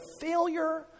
failure